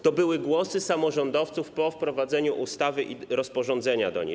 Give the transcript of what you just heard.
To były głosy samorządowców po wprowadzeniu ustawy i rozporządzenia do niej.